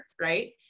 right